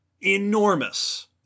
enormous